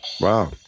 Wow